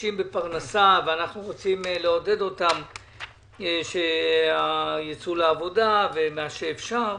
מתקשים בפרנסה ואנחנו רוצים לעודד אותם שיצאו לעבודה כמה שאפשר,